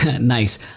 Nice